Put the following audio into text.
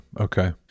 okay